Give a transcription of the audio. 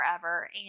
forever